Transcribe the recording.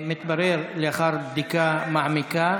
לאחר בדיקה מעמיקה